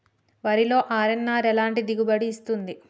వరిలో అర్.ఎన్.ఆర్ ఎలాంటి దిగుబడి ఇస్తుంది?